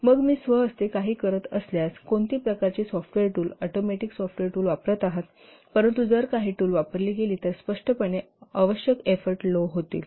मग मी स्वहस्ते काही करत असल्यास कोणती प्रकारची software tool automatic software tool वापरत आहेत परंतु जर काही टूल वापरली गेली तर स्पष्टपणे आवश्यक एफोर्ट लो होतील